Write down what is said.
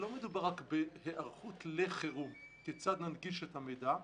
לא מדובר רק בהיערכות לחירום כיצד ננגיש את המידע,